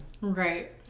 Right